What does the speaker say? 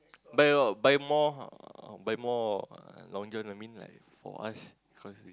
buy uh buy more buy more Long-John I mean like for us cause we